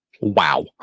Wow